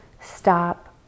Stop